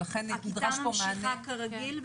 ולכן נדרש פה מענה --- הכיתה ממשיכה כרגיל?